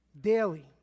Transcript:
Daily